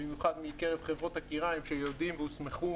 במיוחד מקרב חברות הכיריים, שיודעים והוסמכו